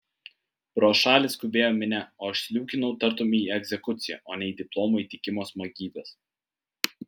pro šalį skubėjo minia o aš sliūkinau tartum į egzekuciją o ne į diplomų įteikimo smagybes